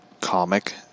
comic